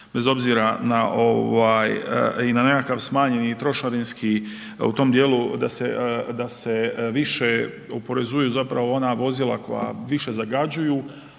na ovaj i na nekakav smanjeni trošarinski, u tom dijelu da se više oporezuju zapravo ona vozila koja više zagađuju